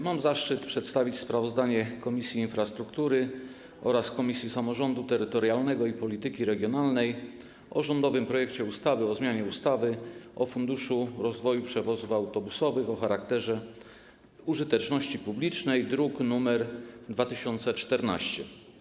Mam zaszczyt przedstawić sprawozdanie Komisji Infrastruktury oraz Komisji Samorządu Terytorialnego i Polityki Regionalnej o rządowym projekcie ustawy o zmianie ustawy o Funduszu rozwoju przewozów autobusowych o charakterze użyteczności publicznej, druk nr 2014.